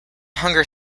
hunger